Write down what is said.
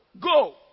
Go